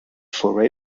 for